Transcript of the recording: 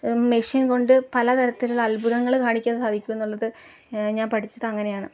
machine കൊണ്ട് പലതരത്തിലുള്ള അത്ഭുതങ്ങൾ കാണിക്കാൻ സാധിക്കുന്നു എന്നുള്ളത് ഞാൻ പഠിച്ചത് അങ്ങനെയാണ്